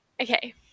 Okay